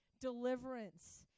deliverance